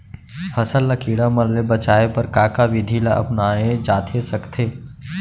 फसल ल कीड़ा मन ले बचाये बर का का विधि ल अपनाये जाथे सकथे?